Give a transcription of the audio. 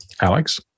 Alex